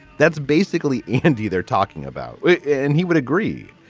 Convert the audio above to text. that's basically andy there talking about it and he would agree.